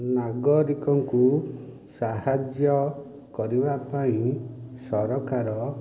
ନାଗରୀକଙ୍କୁ ସାହାଯ୍ୟ କରିବା ପାଇଁ ସରକାର